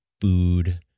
food